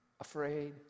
afraid